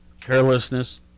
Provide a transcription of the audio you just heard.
carelessness